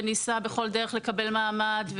וניסה בכל דרך לקבל מעמד,